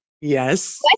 Yes